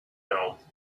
know